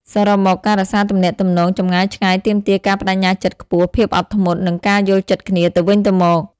ជាមួយនឹងការខិតខំប្រឹងប្រែង និងវិធីសាស្រ្តត្រឹមត្រូវ ទំនាក់ទំនងរបស់យើងនឹងនៅតែរឹងមាំ និងរីកចម្រើន។